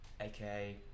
AKA